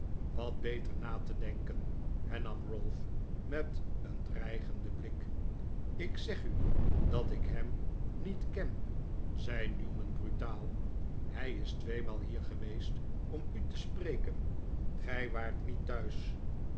wat beter na te denken hernam ralph met een dreigenden blik ik zeg u dat ik hem niet ken zei newman brutaal hij is tweemaal hier geweest om u te spreken gij waart niet thuis